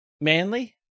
Manly